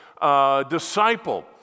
disciple